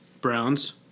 Browns